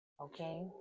okay